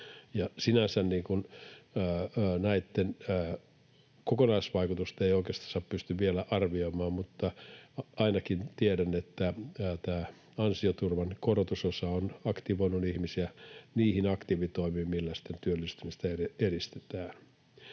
Sinänsä näitten kokonaisvaikutusta ei oikeastaan pysty vielä arvioimaan, mutta ainakin tiedän, että tämä ansioturvan korotusosa on aktivoinut ihmisiä niihin aktiivitoimiin, millä sitten työllistymistä edistetään.